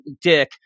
Dick